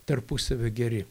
tarpusavio geri